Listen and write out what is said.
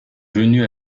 venu